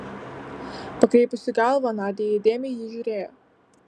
pakreipusi galvą nadia įdėmiai į jį žiūrėjo